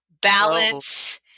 balance